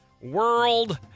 world